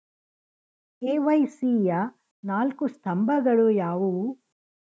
KYC ಯ ನಾಲ್ಕು ಸ್ತಂಭಗಳು ಯಾವುವು?